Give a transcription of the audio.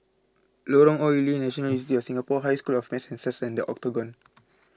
Lorong Ong Lye National University of Singapore High School of Math and Science and the Octagon